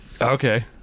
okay